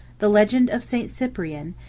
the legend of st. cyprian,